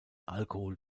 alkohol